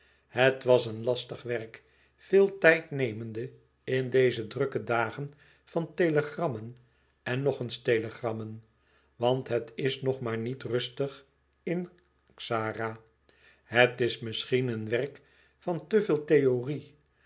het was een lastig werk veel tijd nemende in deze drukke dagen van telegrammen en nog eens telegrammen want het is nog maar niet rustig in xara het is misschien een werk van te veel theorie